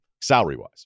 salary-wise